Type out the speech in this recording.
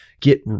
get